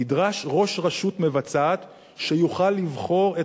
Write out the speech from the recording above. נדרש ראש רשות מבצעת שיוכל לבחור את